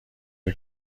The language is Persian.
این